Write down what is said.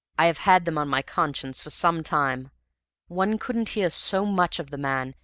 i have had them on my conscience for some time one couldn't hear so much of the man,